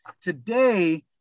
today